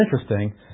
interesting